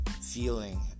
feeling